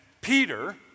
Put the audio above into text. Peter